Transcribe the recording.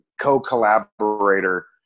co-collaborator